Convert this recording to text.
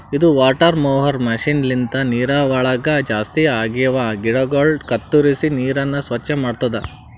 ಇದು water mower machine ಲಿಂತ ನೀರವಳಗ್ ಜಾಸ್ತಿ ಆಗಿವ ಗಿಡಗೊಳ ಕತ್ತುರಿಸಿ ನೀರನ್ನ ಸ್ವಚ್ಚ ಮಾಡ್ತುದ